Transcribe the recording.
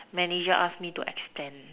manager ask me to extend